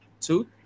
two